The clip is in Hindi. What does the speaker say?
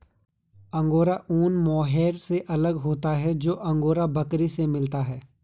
अंगोरा ऊन मोहैर से अलग होता है जो अंगोरा बकरी से मिलता है